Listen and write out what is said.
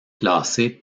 classé